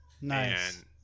Nice